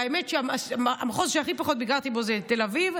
האמת שהמחוז שהכי פחות ביקרתי בו זה תל אביב,